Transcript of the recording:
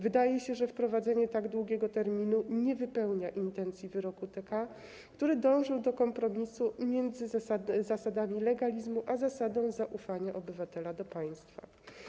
Wydaje się, że wprowadzenie tak długiego terminu nie wypełnia intencji wyroku TK, który dążył do kompromisu między zasadą legalizmu a zasadą zaufania obywatela do państwa.